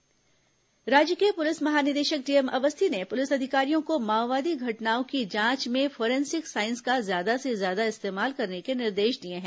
कार्यशाला राज्य के पुलिस महानिदेशक डीएम अवस्थी ने पुलिस अधिकारियों को माओवादी घटनाओं की जांच में फॉरेंसिक साईस का ज्यादा से ज्यादा इस्तेमाल करने के निर्देश दिए हैं